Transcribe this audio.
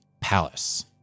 palace